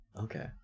Okay